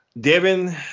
Devin